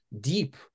deep